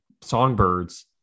songbirds